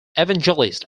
evangelist